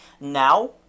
now